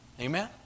Amen